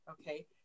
Okay